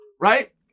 right